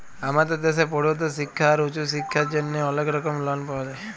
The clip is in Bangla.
আমাদের দ্যাশে পড়ুয়াদের শিক্খা আর উঁচু শিক্খার জ্যনহে অলেক রকম লন পাওয়া যায়